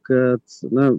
kad na